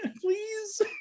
Please